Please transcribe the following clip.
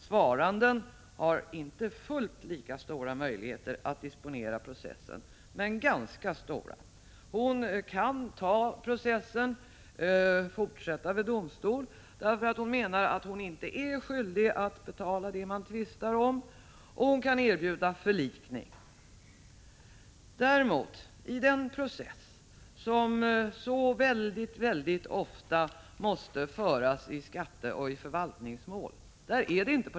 Svaranden har inte fullt lika stora möjligheter att disponera processen, men ganska stora. Hon kan ta processen, fortsätta vid domstol då hon tycker att hon inte är skyldig att betala det man tvistar om. Hon kan erbjuda förlikning. Däremot är det inte på detta sätt i de processer som så väldigt ofta måste föras i skatteoch förvaltningsmål.